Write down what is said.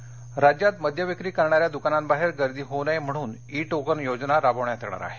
दारू राज्यात मद्य विक्री करणाऱ्या द्कानांबाहेर गर्दी होऊ नये म्हणून ई टोकन योजना राबण्यात येणार आहे